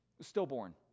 stillborn